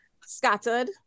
scattered